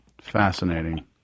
Fascinating